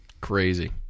Crazy